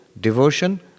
devotion